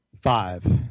five